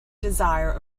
desire